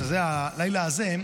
שזה הלילה הזה,